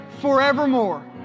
forevermore